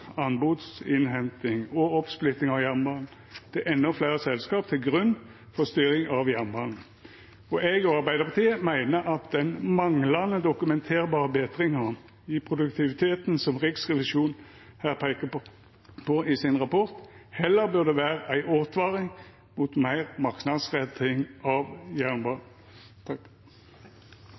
anbodsinnhenting og oppsplitting av jernbanen til endå fleire selskap til grunn for styring av jernbanen. Eg og Arbeidarpartiet meiner at den manglande dokumenterbare betringa i produktiviteten som Riksrevisjonen her peikar på i sin rapport, heller burde vera ei åtvaring mot meir marknadsretting av